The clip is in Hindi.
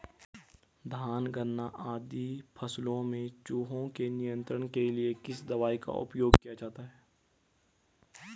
धान गन्ना आदि फसलों में चूहों के नियंत्रण के लिए किस दवाई का उपयोग किया जाता है?